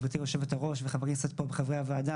גברתי היושבת-ראש וחברי הוועדה,